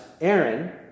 Aaron